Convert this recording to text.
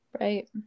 right